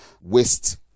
waste